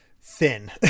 thin